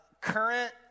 current